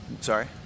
sorry